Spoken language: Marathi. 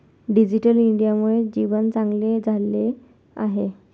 डिजिटल इंडियामुळे जीवन चांगले झाले आहे